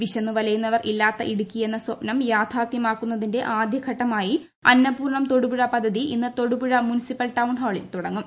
വിശ്ന്നു വലയുന്നവർ ഇല്ലാത്ത ഇടുക്കി എന്ന സ്വപ്നം യാഥാർത്ഥ്യമാക്കുന്നതിന്റെ ആദ്യ ഘട്ടമായി അന്നപൂർണ്ണം തൊടുപുഴ പദ്ധതി ഇന്ന് തൊടുപുഴ മുനിസിപ്പൽ ടൌൺ ഹാളിൽ തുടങ്ങും